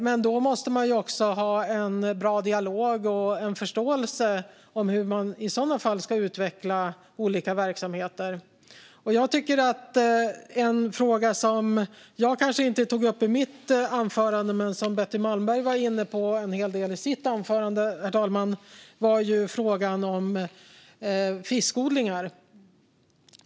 Men då måste man också ha en bra dialog och en förståelse för hur man i sådana fall ska utveckla olika verksamheter. Herr talman! En fråga som jag kanske inte tog upp i mitt anförande men som Betty Malmberg var inne på en hel del i sitt anförande är frågan om fiskodlingar.